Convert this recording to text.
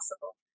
possible